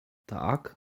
tak